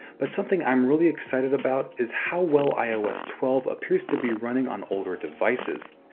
but something i'm really excited about is how well ios twelve appears to be running on older devices.